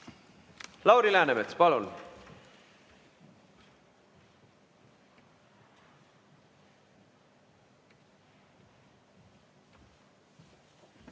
Lauri Läänemets, palun!